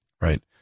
Right